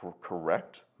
correct